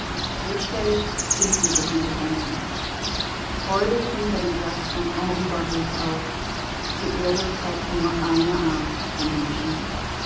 hirschfeld zieht diese konsequenzen freudig nimmt er den satz von henri barbusse auf die erde trägt nur eine art von menschen